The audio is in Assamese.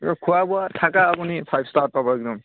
আৰু খোৱা বোৱা থাকা আপুনি ফাইভ ষ্টাৰত পাব একদম